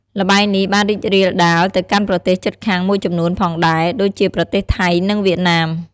ល្បែងនេះបានរីករាលដាលទៅកាន់ប្រទេសជិតខាងមួយចំនួនផងដែរដូចជាប្រទេសថៃ និងវៀតណាម។